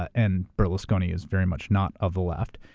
and berlusconi is very much not of the left,